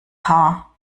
haar